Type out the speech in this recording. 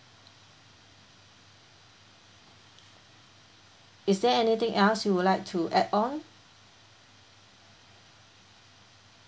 is there anything else you would like to add on